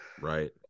Right